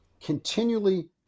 continually